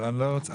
אבל אני לא רוצה,